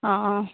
অ অ